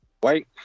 White